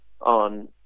on